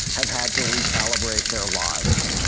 have had to recalibrate their lives.